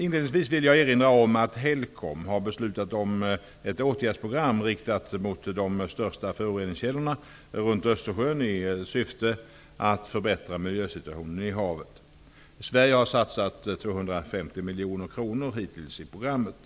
Inledningsvis vill jag erinra om att HELCOM har beslutat om ett åtgärdsprogram riktat mot de största föroreningskällorna runt Östersjön i syfte att förbättra miljösituationen i havet. Sverige har hittills satsat 250 miljoner kronor i programmet.